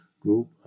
group